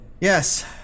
Yes